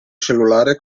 cellulare